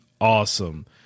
awesome